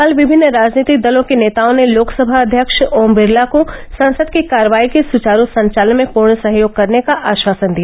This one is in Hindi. कल विभिन्न राजनीतिक दलों के नेताओं ने लोकसभा अध्यक्ष ओम बिरला को संसद की कार्यवाही के सुचारू संचालन में पूर्ण सहयोग करने का आश्वासन दिया